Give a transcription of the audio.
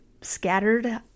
scattered